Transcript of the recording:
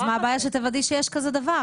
אז מה הבעיה שיש כזה דבר?